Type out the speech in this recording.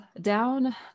down